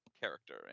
character